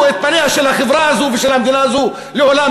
את פניה של החברה הזאת ושל המדינה הזאת לעולמים.